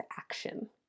action